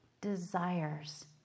desires